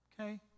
okay